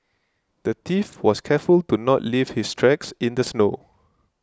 the thief was careful to not leave his tracks in the snow